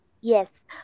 yes